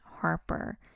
Harper